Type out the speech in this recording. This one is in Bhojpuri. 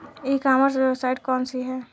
ई कॉमर्स वेबसाइट कौन सी है?